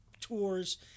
tours